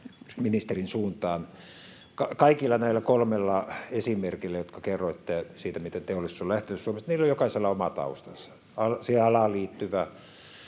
ministerin suuntaan. Kaikilla näillä kolmella esimerkillä, jotka kerroitte siitä, miten teollisuus on lähtenyt Suomesta, on jokaisella oma taustansa, siihen alaan liittyvä